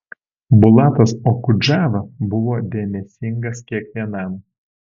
bulatas okudžava buvo dėmesingas kiekvienam